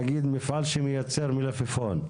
נגיד מפעל שמייצר מלפפון.